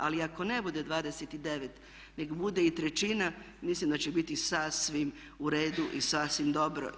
Ali ako ne bude 29, nek' bude i trećina mislim da će biti sasvim u redu i sasvim dobro.